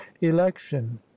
election